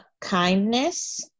Kindness